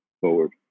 forward